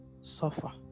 suffer